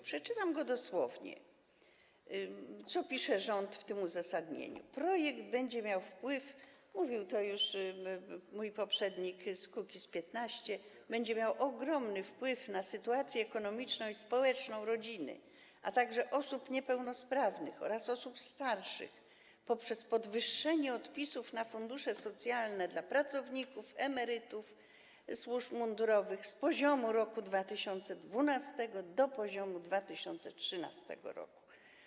Przeczytam dosłownie, co pisze rząd w tym uzasadnieniu: Projekt będzie miał - mówił to już mój poprzednik z Kukiz’15 - ogromny wpływ na sytuację ekonomiczną i społeczną rodziny, a także osób niepełnosprawnych oraz osób starszych poprzez podwyższenie odpisów na fundusze socjalne dla pracowników, emerytów służb mundurowych z poziomu roku 2012 do poziomu 2013 r.